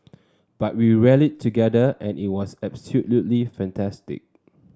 but we rallied together and it was absolutely fantastic